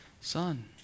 Son